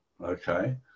Okay